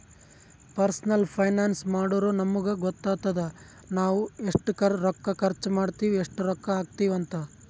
personal finance ಮಾಡುರ್ ನಮುಗ್ ಗೊತ್ತಾತುದ್ ನಾವ್ ಎಸ್ಟ್ ರೊಕ್ಕಾ ಖರ್ಚ್ ಮಾಡ್ತಿವಿ, ಎಸ್ಟ್ ರೊಕ್ಕಾ ಹಾಕ್ತಿವ್ ಅಂತ್